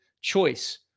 choice